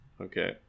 Okay